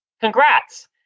Congrats